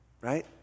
Right